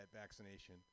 vaccination